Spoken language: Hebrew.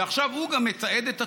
ועכשיו הוא גם מתעד את עצמו,